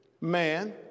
man